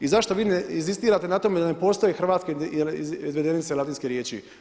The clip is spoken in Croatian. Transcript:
I zato vi … inzistirate na tome da ne postoje hrvatske izvedenice latinske riječi.